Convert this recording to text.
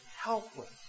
helpless